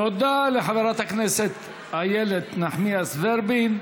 תודה לחברת הכנסת איילת נחמיאס ורבין.